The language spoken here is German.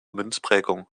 münzprägung